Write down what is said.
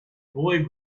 boy